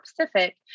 Pacific